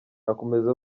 akomeza